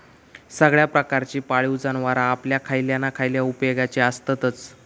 सगळ्या प्रकारची पाळीव जनावरां आपल्या खयल्या ना खयल्या उपेगाची आसततच